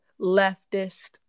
leftist